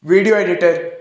video editor